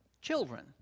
children